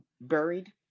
Buried